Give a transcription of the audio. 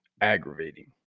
aggravating